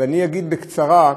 ואני אגיד בקצרה: